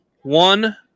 one